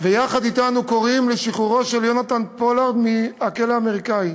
ויחד אתנו קוראים לשחרורו של יונתן פולארד מהכלא האמריקני,